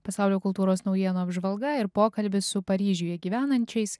pasaulio kultūros naujienų apžvalga ir pokalbis su paryžiuje gyvenančiais